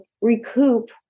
recoup